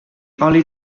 only